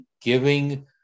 giving